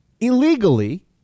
illegally